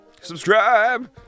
subscribe